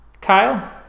Kyle